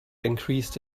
increased